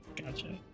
gotcha